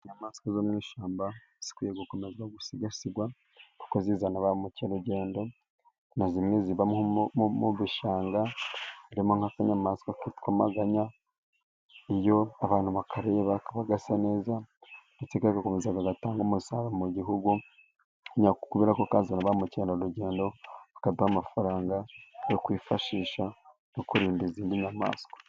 Inyamaswa zo mu ishyamba, zikwiye gukomeza gusigasirwa kuko zizana ba mukerarugendo, na zimwe ziba mu dushanga harimo nk'akanyamaswa kitwa maganya, iyo abantu bakareba kaba gasa neza ndetse kagakomeza kagatanga umusaruro mu gihugu, kubera ko kazana ba mukerarugendo, bakaduha amafaranga yo kwifashisha no kurinda izindi nyamaswa.